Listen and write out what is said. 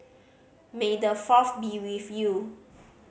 may the Fourth be with you